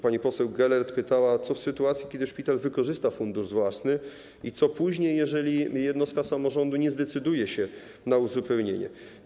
Pani poseł Gelert pytała o to, co w sytuacji, kiedy szpital wykorzysta fundusz własny, i co później, jeżeli jednostka samorządu nie zdecyduje się na uzupełnienie.